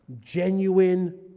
genuine